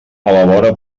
elabora